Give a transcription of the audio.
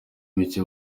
mike